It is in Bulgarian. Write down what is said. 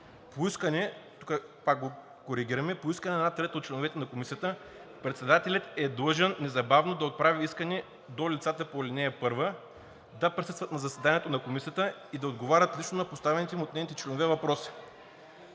– на една трета от членовете на комисията председателят е длъжен незабавно да отправи искане до лицата по ал. 1 да присъстват на заседанието на комисията и да отговарят лично на поставените от нейните членове въпроси.